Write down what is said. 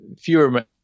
Fewer